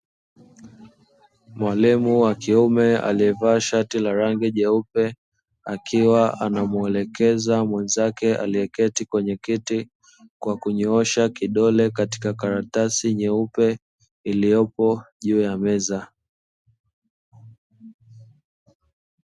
Mwalimu wa kiume aliyevaa shati la rangi nyeupe, akiwa anamuelekeza mwenzake aliyeketi kwenye kiti, kwa kunyoosha kidole katika karatasi nyeupe iliyopo juu ya meza.